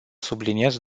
subliniez